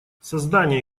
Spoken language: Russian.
создание